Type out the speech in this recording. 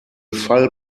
fall